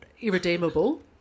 irredeemable